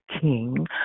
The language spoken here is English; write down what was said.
King